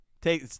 take